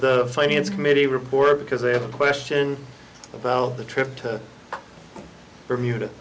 the finance committee report because they have a question about the trip to bermuda